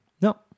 No